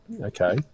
okay